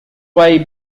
way